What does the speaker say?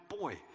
boy